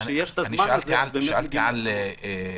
וכשיש את הזמן הזה באמת מגיעים להסכמות,